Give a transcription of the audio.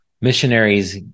missionaries